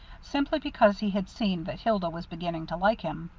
simply because he had seen that hilda was beginning to like him.